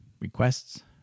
requests